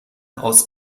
aus